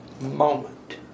moment